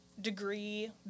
degree